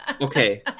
Okay